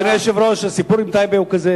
אדוני היושב-ראש, הסיפור עם טייבה הוא כזה.